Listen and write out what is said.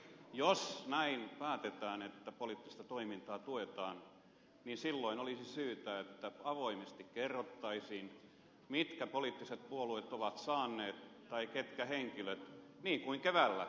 jos näin päätetään että poliittista toimintaa tuetaan silloin olisi syytä että avoimesti kerrottaisiin mitkä poliittiset puolueet ovat saaneet tai ketkä henkilöt niin kuin keväällä tehtiin